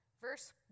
verse